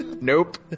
Nope